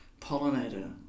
pollinator